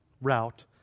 route